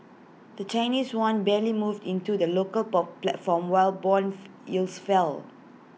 the Chinese Yuan barely moved in to the local bob platform while Bond yields fell